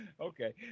Okay